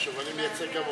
לא חשוב, אני מייצג גם אותם.